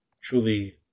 truly